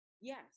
Yes